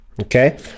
okay